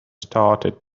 started